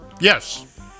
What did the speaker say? Yes